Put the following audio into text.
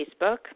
Facebook